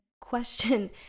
question